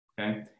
Okay